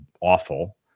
awful